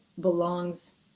belongs